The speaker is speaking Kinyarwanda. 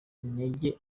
intege